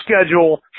schedule